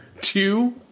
Two